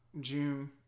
June